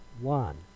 one